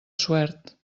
suert